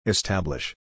Establish